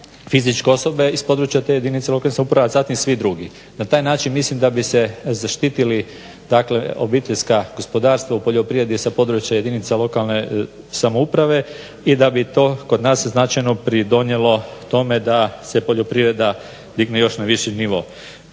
fizičke osobe iz područja te jedinice lokalne samouprave a zatim svi drugi. Na taj način mislim da bi se zaštitili, dakle obiteljska gospodarstva u poljoprivredi sa područja jedinica lokalne samouprave i da bi to kod nas značajno pridonijelo tome da se poljoprivreda digne još na viši nivo.